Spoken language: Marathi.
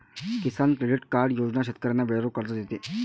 किसान क्रेडिट कार्ड योजना शेतकऱ्यांना वेळेवर कर्ज देते